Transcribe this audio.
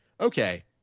Okay